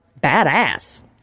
badass